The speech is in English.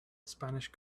spanish